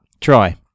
try